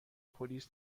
پلیس